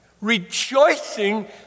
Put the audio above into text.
Rejoicing